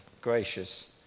gracious